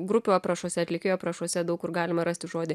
grupių aprašuose atlikėjų aprašuose daug kur galima rasti žodį